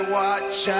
watch